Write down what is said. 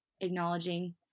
acknowledging